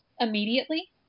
immediately